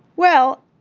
well